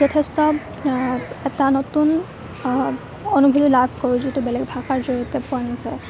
যথেষ্ট এটা নতুন অনুভূতি লাভ কৰোঁ যিটো বেলেগ ভাষাৰ জৰিয়তে পোৱা নাযায়